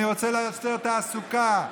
אני רוצה לסדר תעסוקה,